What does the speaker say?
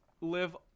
live